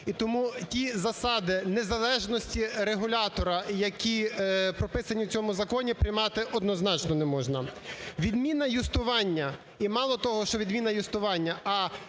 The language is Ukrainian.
тому ті засади незалежності регулятора, які прописані в цьому законі, приймати однозначно не можна. Відміна юстування і малого того, що відміна юстування,